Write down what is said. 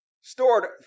stored